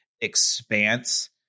expanse